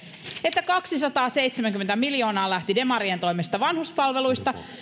että kaksisataaseitsemänkymmentä miljoonaa lähti demarien toimesta vanhuspalveluista